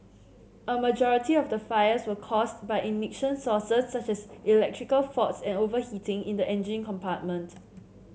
a majority of the fires were caused by ignition sources such as electrical faults and overheating in the engine compartment